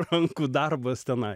rankų darbas tenai